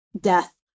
death